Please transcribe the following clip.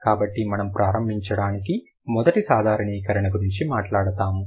కాబట్టి మనము ప్రారంభించడానికి మొదటి సాధారణీకరణ గురించి మాట్లాడుతాము